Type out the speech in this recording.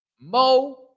Mo